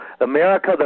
America